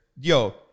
Yo